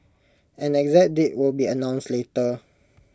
an exact date will be announced later